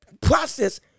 process